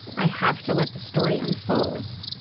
i have to let the story unfold.